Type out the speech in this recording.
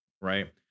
right